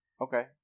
Okay